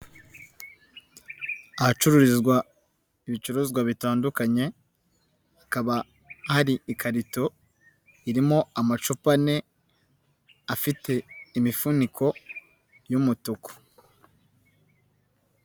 Ahacururizwa ibicuruzwa bitandukanye hakaba hari ikarito irimo amacupa ane afite imifuniko y'umutuku.